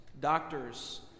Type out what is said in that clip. Doctors